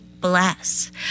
bless